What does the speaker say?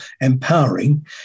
empowering